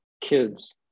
Kids